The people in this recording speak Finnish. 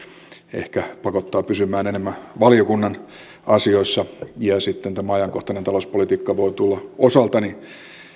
ehkä pakottaa pysymään enemmän valiokunnan asioissa ja sitten tämä ajankohtainen talouspolitiikka voi tulla osaltani